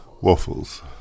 waffles